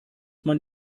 man